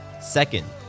Second